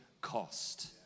cost